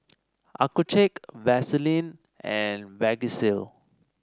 Accucheck Vaselin and Vagisil